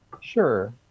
Sure